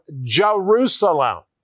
Jerusalem